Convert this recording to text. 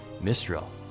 Mistral